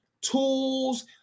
tools